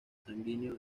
sanguíneo